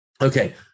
Okay